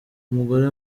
umugore